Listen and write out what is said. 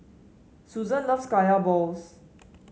Susan loves Kaya Balls